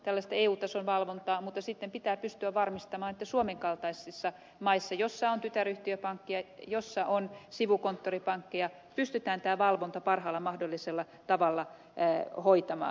tällaista eu tason valvontaa tarvitaan mutta sitten pitää pystyä varmistamaan että suomen kaltaisissa maissa joissa on tytäryhtiöpankkeja joissa on sivukonttoripankkeja pystytään tämä valvonta parhaalla mahdollisella tavalla hoitamaan